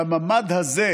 את הממ"ד הזה